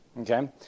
Okay